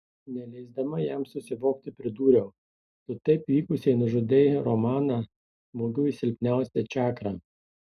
neleisdama jam susivokti pridūriau tu taip vykusiai nužudei romaną smūgiu į silpniausią čakrą